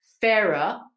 fairer